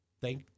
Thank